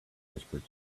projected